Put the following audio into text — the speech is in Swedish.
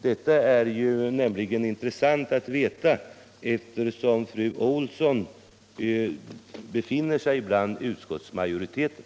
Det vore intressant att veta eftersom fru Olsson befinner sig bland utskottsmajoriteten.